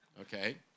okay